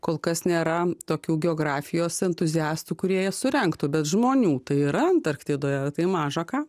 kol kas nėra tokių geografijos entuziastų kurie jas surengtų bet žmonių tai yra antarktidoje tai maža ką